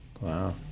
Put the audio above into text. Wow